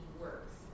works